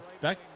back